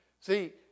See